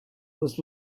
was